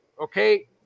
okay